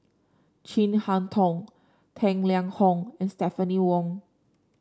Chin Harn Tong Tang Liang Hong and Stephanie Wong